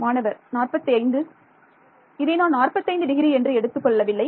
மாணவர் மாணவர் 45 இதை நான் 45 டிகிரி என்று எடுத்துக் கொள்ளவில்லை